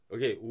Okay